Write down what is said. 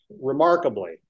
remarkably